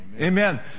Amen